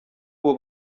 ubu